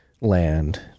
land